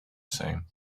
same